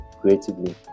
creatively